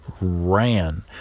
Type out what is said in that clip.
ran